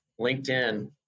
LinkedIn